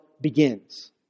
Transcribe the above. begins